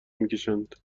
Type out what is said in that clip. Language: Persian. میکشند